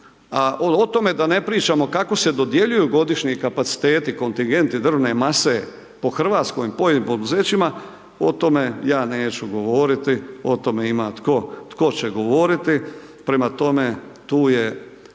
o tome da ne pričamo kako se dodjeljuju godišnji kapaciteti, kontigenti drvne mase po hrvatskim pojedinim poduzećima, o tome ja neću govoriti. O tome ima tko tko će govoriti. Prema tome, tu je